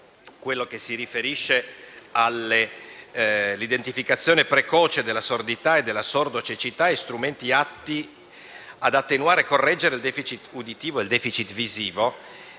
e che si riferisce all'identificazione precoce della sordità e della sordocecità e agli strumenti atti ad attenuare e correggere i *deficit* uditivo e visivo.